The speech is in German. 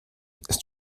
ist